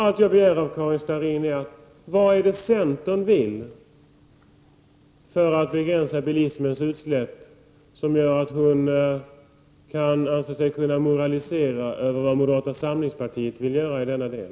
Allt jag begär av Karin Starrin är att hon talar om vad centern vill göra för att begränsa bilismens utsläpp och varför hon anser sig kunna moralisera över vad moderata samlingspartiet vill göra i denna del.